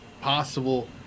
Possible